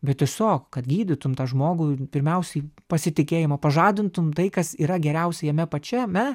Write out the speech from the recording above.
bet tiesiog kad gydytum tą žmogų pirmiausiai pasitikėjimo pažadintum tai kas yra geriausia jame pačiame